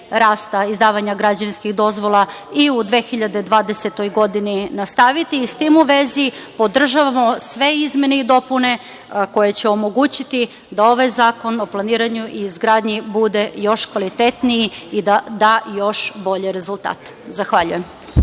rasta izdavanja građevinskih dozvola i u 2020. godini nastaviti i s tim u vezi podržavamo sve izmene i dopune koje će omogućiti da ovaj Zakon o planiranju i izgradnji bude još kvalitetniji i da da još bolje rezultate. Zahvaljujem.